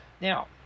Now